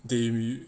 they re～